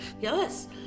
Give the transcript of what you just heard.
Yes